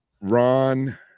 Ron